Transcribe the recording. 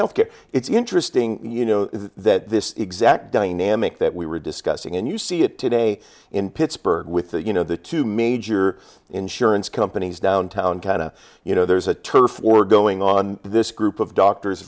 health care it's interesting you know that this exact dynamic that we were discussing and you see it today in pittsburgh with the you know the two major insurance companies downtown cata you know there's a turf war going on this group of doctors